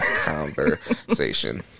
conversation